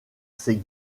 ses